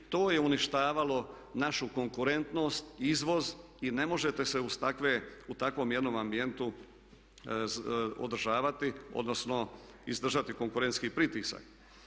To je uništavalo našu konkurentnost, izvoz i ne možete se u takvom jednom ambijentu održavati odnosno izdržati konkurentski pritisak.